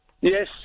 Yes